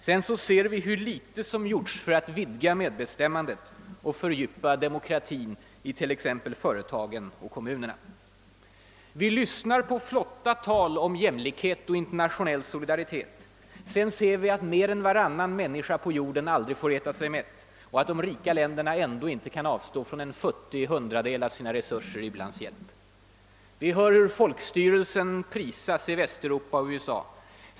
Sedan ser vi hur litet som gjorts för att vidga medbestämmandet och fördjupa demokratin i t.ex. företagen och kommunerna. Vi lyssnar på flotta tal om jämlik: het och internationell solidaritet. Sedan ser vi att mer än varannan människa på jorden aldrig får äta sig mätt, och att de rika länderna ändå inte kan avstå från en futtig hundradel av sina resurser till u-landshjälp. Vi hör hur folkstyrelsen prisas i Västeuropa och USA.